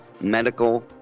medical